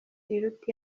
iruta